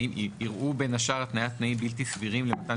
ייראו בין השאר התניית תנאים בלתי סבירים למתן